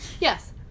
Yes